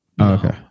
Okay